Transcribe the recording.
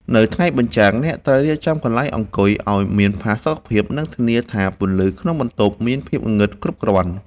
នៅថ្ងៃបញ្ចាំង អ្នកត្រូវរៀបចំកន្លែងអង្គុយឱ្យមានផាសុកភាព និងធានាថាពន្លឺក្នុងបន្ទប់មានភាពងងឹតគ្រប់គ្រាន់។